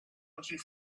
walked